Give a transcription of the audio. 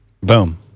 Boom